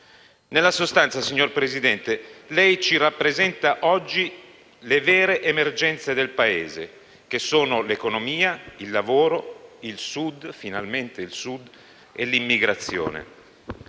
Nella sostanza, signor Presidente, lei ci rappresenta oggi le vere emergenze del Paese, che sono l'economia, il lavoro, il Sud - finalmente il Sud - e l'immigrazione.